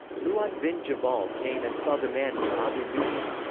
mu'adh bin jabal came and saw the man with abu musa.